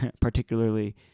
particularly